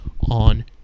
on